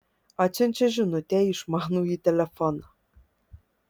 atsiunčia žinutę į išmanųjį telefoną